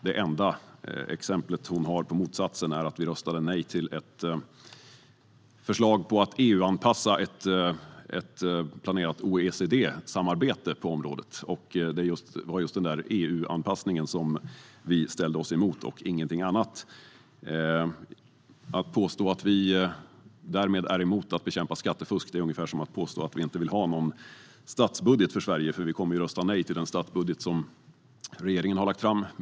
Det enda exempel hon har på motsatsen är att vi röstade nej till ett förslag om att EU-anpassa ett planerat OECD-samarbete på området. Där var det just EU-anpassningen vi ställde oss emot, ingenting annat. Att påstå att vi därmed är emot att bekämpa skattefusk är ungefär som att påstå att vi inte vill ha någon statsbudget för Sverige, eftersom vi kommer att rösta nej till den statsbudget som regeringen har lagt fram.